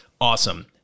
Awesome